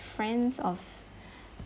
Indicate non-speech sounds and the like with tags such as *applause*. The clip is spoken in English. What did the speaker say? friends of *breath*